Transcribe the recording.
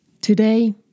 Today